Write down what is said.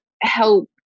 help